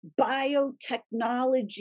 biotechnology